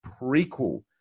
prequel